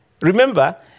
remember